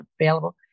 available